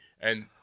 and-